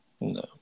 No